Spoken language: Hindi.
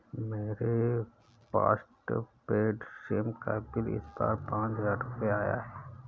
मेरे पॉस्टपेड सिम का बिल इस बार पाँच हजार रुपए आया था